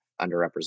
underrepresented